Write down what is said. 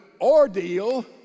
ordeal